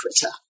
Twitter